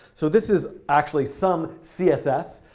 so this is actually some css.